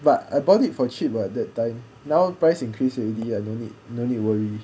but I bought it for cheap lah that time now price increase already no need no need worry